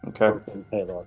Okay